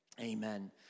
amen